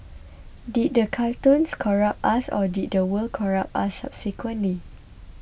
did these cartoons corrupt us or did the world corrupt us subsequently